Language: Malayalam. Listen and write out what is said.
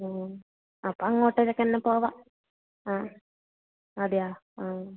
ഓ അപ്പോൾ അങ്ങോട്ടേക്ക് എല്ലാം പോവാം ആ അതെയോ ആ